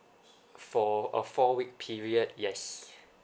for a four week period yes